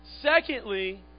Secondly